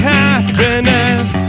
happiness